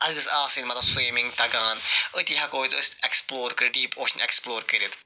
اَسہِ گٔژھ آسٕنۍ مَطلب سِومِنٛگ تگان أتی ہٮ۪کو ایٚکسپٕلور کٔرِتھ ڈیٖپ اوشَن ایٚکسپٕلور کٔرِتھ